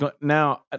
Now